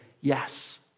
yes